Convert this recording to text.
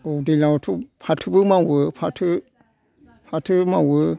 औ दैलाङावथ' फाथोबो मावो फाथो फाथो मावो